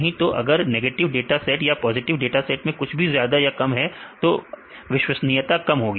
नहीं तो अगर नेगेटिव डाटा सेट या पॉजिटिव डाटा सेट मैं कुछ भी ज्यादा या कम है तो विश्वसनीयता कम होगी